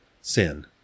Sin